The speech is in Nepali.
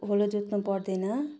हलो जोत्नु पर्दैन